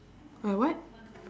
her what